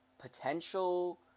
Potential